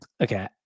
Okay